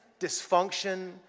dysfunction